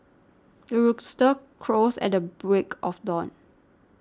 the rooster crows at the break of dawn